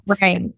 Right